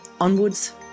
Onwards